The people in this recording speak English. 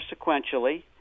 sequentially